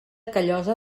callosa